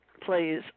please